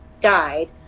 died